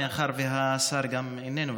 מאחר שהשר איננו,